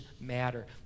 matter